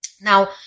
now